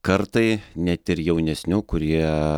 kartai net ir jaunesnių kurie